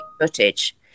footage